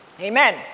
Amen